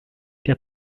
der